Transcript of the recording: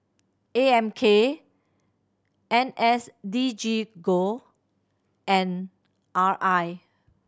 A M K N S D G go and R I